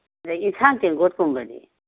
ꯑꯗꯩ ꯌꯦꯟꯁꯥꯡ ꯇꯦꯡꯀꯣꯠꯀꯨꯝꯕꯗꯤ